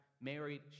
married